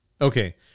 Okay